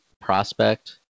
prospect